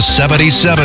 77